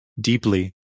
deeply